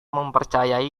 mempercayai